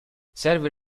serve